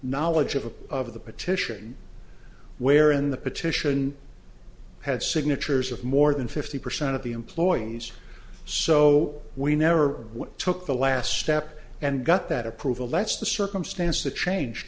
knowledge of a of the petition wherein the petition had signatures of more than fifty percent of the employees so we never took the last step and got that approval that's the circumstance to change